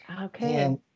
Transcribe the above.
Okay